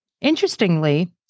Interestingly